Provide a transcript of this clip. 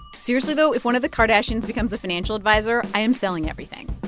seriously, though, if one of the kardashians becomes a financial adviser, i am selling everything.